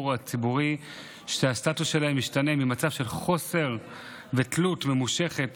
הציבורי שהסטטוס שלהם ישתנה ממצב של חוסר ותלות ממושכת